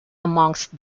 amongst